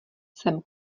jsem